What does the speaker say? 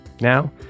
now